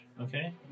Okay